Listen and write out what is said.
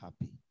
happy